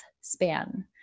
span